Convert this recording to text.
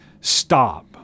stop